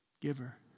Giver